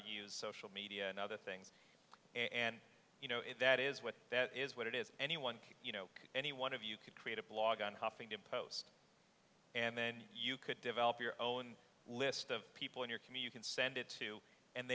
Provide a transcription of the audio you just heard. to use social media and other things and you know if that is what that is what it is anyone you know any one of you could create a blog on huffington post and then you could develop your own list of people in your commute can send it to and